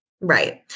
Right